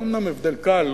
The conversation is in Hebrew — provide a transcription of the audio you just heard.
זה אומנם הבדל קל,